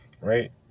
Right